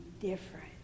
different